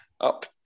Up